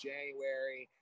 January